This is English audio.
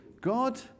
God